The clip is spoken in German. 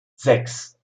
sechs